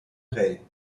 rey